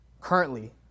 currently